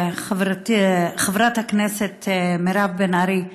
חברת הכנסת מירב בן ארי,